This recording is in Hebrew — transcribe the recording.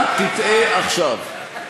אל תטעה עכשיו.